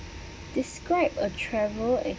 describe a travel